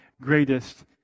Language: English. greatest